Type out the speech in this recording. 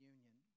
Union